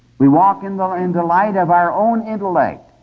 we walk in the and light of our own intellect.